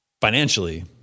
financially